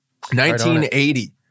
1980